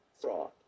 fraud